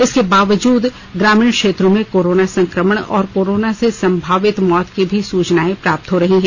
इसके बावजूद ग्रामीण क्षेत्रों में कोरोना संक्रमण और कोरोना से संभावित मौत की भी सूचनाएं प्राप्त हो रही है